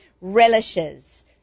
relishes